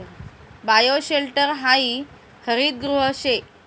bioshelter हायी हरितगृह शे